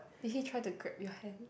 did he try to grab your hand